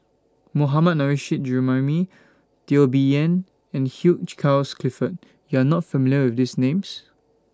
Mohammad Nurrasyid Juraimi Teo Bee Yen and Hugh Charles Clifford YOU Are not familiar with These Names